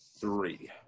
Three